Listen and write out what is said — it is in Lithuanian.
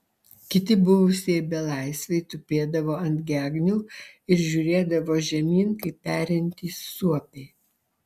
kiti buvusieji belaisviai tupėdavo ant gegnių ir žiūrėdavo žemyn kaip perintys suopiai